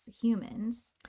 humans